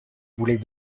boulet